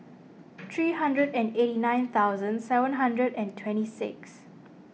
three hundred and eighty nine thousand seven hundred and twenty six